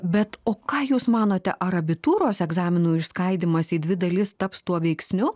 bet o ką jūs manote ar abitūros egzaminų išskaidymas į dvi dalis taps tuo veiksniu